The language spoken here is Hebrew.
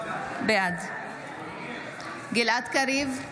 בעד גלעד קריב,